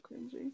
cringy